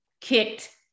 kicked